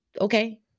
okay